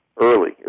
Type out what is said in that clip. early